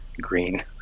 green